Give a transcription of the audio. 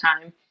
time